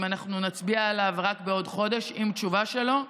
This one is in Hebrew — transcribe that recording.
אנחנו נצביע עליו רק בעוד חודש עם תשובה שלו.